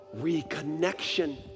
reconnection